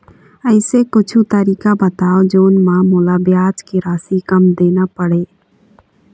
ऐसे कुछू तरीका बताव जोन म मोला ब्याज के राशि कम देना पड़े?